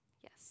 yes